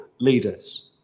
leaders